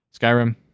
Skyrim